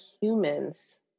humans